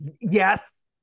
Yes